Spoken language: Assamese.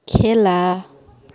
খেলা